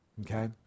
okay